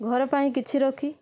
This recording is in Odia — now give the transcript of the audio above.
ଘର ପାଇଁ କିଛି ରଖି